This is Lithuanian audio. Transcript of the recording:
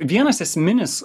vienas esminis